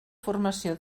formació